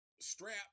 strap